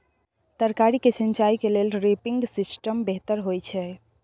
तरकारी के सिंचाई के लेल ड्रिपिंग सिस्टम बेहतर होए छै?